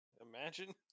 Imagine